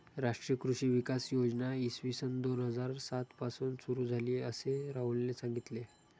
राष्ट्रीय कृषी विकास योजना इसवी सन दोन हजार सात पासून सुरू झाली, असे राहुलने सांगितले